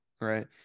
right